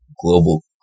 global